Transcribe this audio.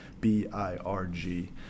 B-I-R-G